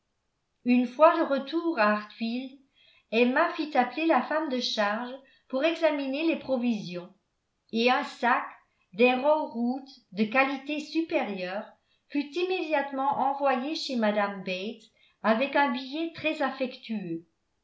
une fois de retour à hartfield emma fit appeler la femme de charge pour examiner les provisions et un sac d'arrow root de qualité supérieure fut immédiatement envoyé chez mme bates avec un billet très affectueux